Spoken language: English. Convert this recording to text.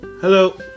hello